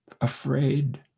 afraid